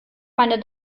meine